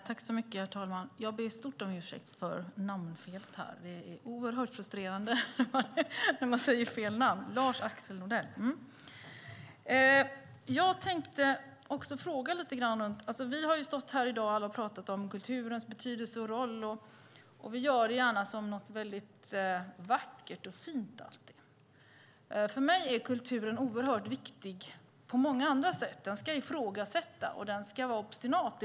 Herr talman! Jag ber stort om ursäkt för namnfelet! Det är oerhört frustrerande när man säger fel namn. Lars-Axel Nordell! Vi har alla i dag talat om kulturens betydelse och roll. Vi vill gärna att kulturen ska vara vacker och fin. För mig är kulturen oerhört viktig på många andra sätt. Den ska ifrågasätta, och den ska ibland vara obstinat.